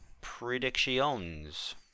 predictions